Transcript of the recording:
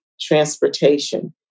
transportation